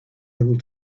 able